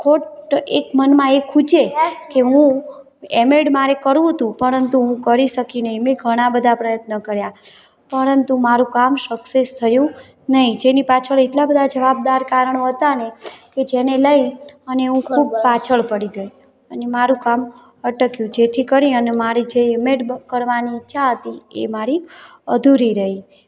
ખોટ એક મનમાં એ ખુચે કે હું એમએડ મારે કરવું હતું પરંતુ હું કરી શકી નહીં મેં ઘણા બધા પ્રયત્નો કર્યા પરંતુ મારું કામ સક્સેસ થયું નહીં જેની પાછળ એટલા બધા જવાબદાર કારણો હતા ને કે જેને લઈ અને હું ખૂબ પાછળ પડી ગઈ અને મારું કામ અટક્યું જેથી કરી અને મારી જે એમએડ બ કરવાની ઈચ્છા હતી એ મારી અધૂરી રહી